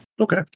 Okay